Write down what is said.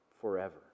forever